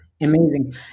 amazing